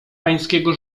pańskiego